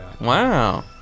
wow